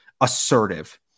assertive